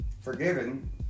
forgiven